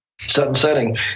setting